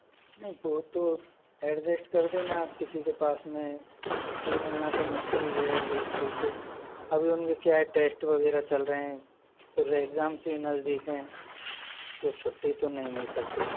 नहीं तो वो तो एडजस्ट कर देना आप किसी के पास में छुट्टी मिलना तो मुश्किल ही है अभी स्कूल से अभी उनके क्या है टेस्ट वगैरह चल रहे हैं फिर एग्ज़ाम्ज़ भी नज़दीक हैं तो छुट्टी तो नहीं मिल सकती